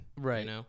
Right